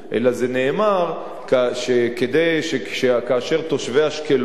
אלא זה נאמר כדי שכאשר תושבי אשקלון,